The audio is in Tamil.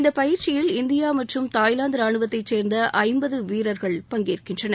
இந்தப் பயிற்சியில் இந்தியா மற்றும் தாய்லாந்து ரானுவத்தைச் சேர்ந்த ஐம்பது வீரர்கள் பங்கேற்கின்றனர்